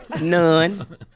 None